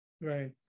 Right